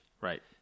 Right